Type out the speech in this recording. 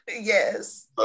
Yes